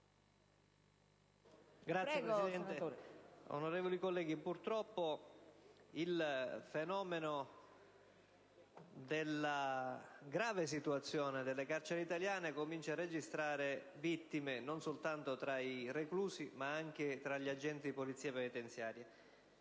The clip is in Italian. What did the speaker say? Signora Presidente, onorevoli colleghi, purtroppo la grave situazione delle carceri italiane comincia a registrare vittime non soltanto tra i reclusi, ma anche tra gli agenti di Polizia penitenziaria.